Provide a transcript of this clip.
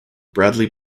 bradley